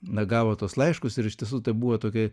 na gavo tuos laiškus ir iš tiesų buvo tokie